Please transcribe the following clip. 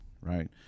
right